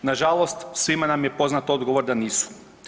Nažalost svima nam je poznat odgovor da nisu.